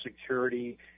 security